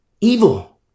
evil